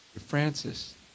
Francis